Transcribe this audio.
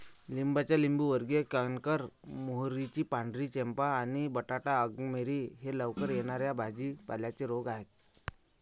लिंबाचा लिंबूवर्गीय कॅन्कर, मोहरीची पांढरी चेपा आणि बटाटा अंगमेरी हे लवकर येणा या भाजी पाल्यांचे रोग आहेत